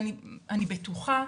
ואני בטוחה,